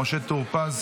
משה טור פז,